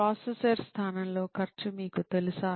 processor స్థానంలో ఖర్చు మీకు తెలుసా